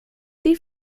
die